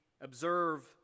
observe